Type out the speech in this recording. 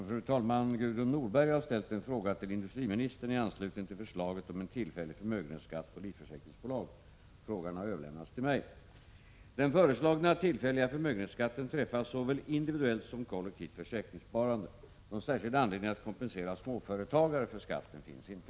Fru talman! Gudrun Norberg har ställt en fråga till industriministern i anslutning till förslaget om en tillfällig förmögenhetsskatt på livförsäkringsbolag. Frågan har överlämnats till mig. Den föreslagna tillfälliga förmögenhetsskatten träffar såväl individuellt som kollektivt försäkringssparande. Någon särskild anledning att kompensera småföretagare för skatten finns inte.